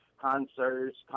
concerts